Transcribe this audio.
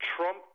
Trump